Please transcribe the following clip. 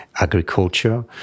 agriculture